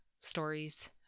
stories